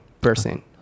person